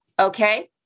okay